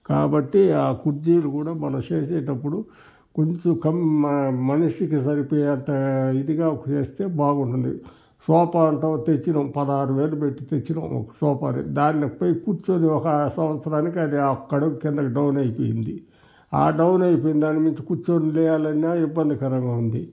కాబట్టి ఆ కుర్చీలు కూడా మనం చేసేటప్పుడు కొంచెం కం మమనిషికి సరిపోయేంతా ఇదిగా చేస్తే బాగుంటుంది సోఫా అంటావు తెచ్చినాం పదహారువేలు పెట్టి తెత్చినాం ఒక సోఫాని దానిపై కూర్చుని ఒక సంవత్సరానికి అది ఒక్క అడగు కిందకి డౌన్ అయిపోయింది ఆ డౌన్ అయిపోయిన దాని నుంచి కూర్చుని లెయ్యాలన్నా ఇబ్బందికరంగా ఉంది